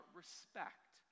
respect